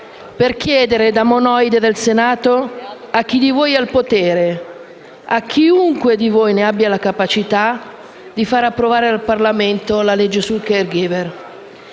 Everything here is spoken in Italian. per chiedere, da monoide del Senato, a chi di voi è al potere, a chiunque di voi ne abbia la capacità, di far approvare dal Parlamento la cosiddetta legge sul *caregiver*.